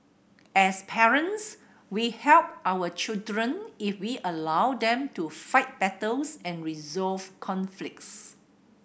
as parents we help our children if we allow them to fight battles and resolve conflicts